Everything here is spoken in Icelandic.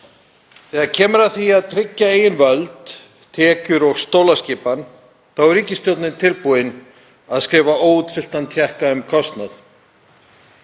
Þegar kemur að því að tryggja eigin völd, tekjur og stólaskipan er ríkisstjórnin tilbúin að skrifa óútfylltan tékka fyrir kostnaði.